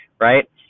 right